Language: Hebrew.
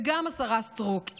וגם השרה סטרוק,